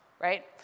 right